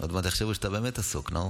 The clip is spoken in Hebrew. עוד מעט יחשבו שאתה באמת עסוק, נאור.